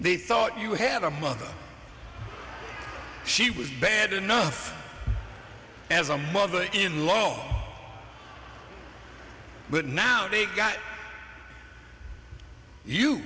they thought you had a mother she was bad enough as a mother in law but now they've got you